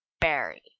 Barry